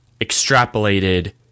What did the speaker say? extrapolated